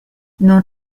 non